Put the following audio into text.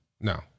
No